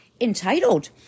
entitled